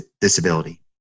disability